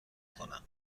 کنم